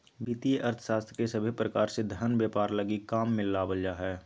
वित्तीय अर्थशास्त्र के सभे प्रकार से धन व्यापार लगी काम मे लावल जा हय